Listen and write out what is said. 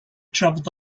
travelled